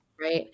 Right